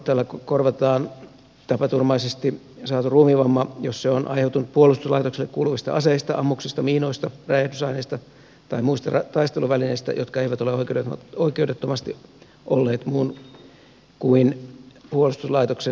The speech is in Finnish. tällä korvataan tapaturmaisesti saatu ruumiinvamma jos se on aiheutunut puolustuslaitokselle kuuluvista aseista ammuksista miinoista räjähdysaineista tai muista taisteluvälineistä jotka eivät ole oikeudettomasti olleet muun kuin puolustuslaitoksen hallussa